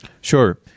Sure